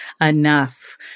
enough